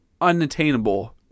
unattainable